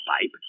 pipe